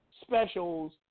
specials